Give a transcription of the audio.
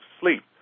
sleep